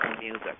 music